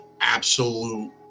absolute